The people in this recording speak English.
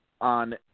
on